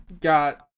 got